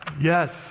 Yes